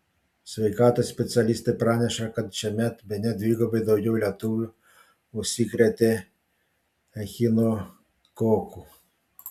sveikatos specialistai praneša kad šiemet bene dvigubai daugiau lietuvių užsikrėtė echinokoku